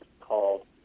called